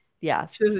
yes